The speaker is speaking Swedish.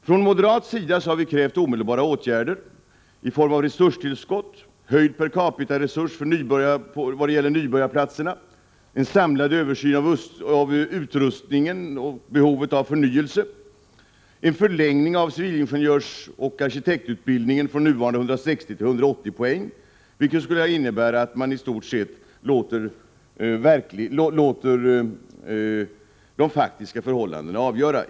Från moderat sida har vi krävt omedelbara åtgärder i form av resurstillskott, höjd per capita-resurs när det gäller nybörjarplatserna, en samlad översyn av utrustningen och behovet av förnyelse och en förlängning av civilingenjörsoch arkitektutbildningen från nuvarande 160 till 180 poäng, vilket skulle innebära att man i stort sett låter de faktiska förhållandena avgöra.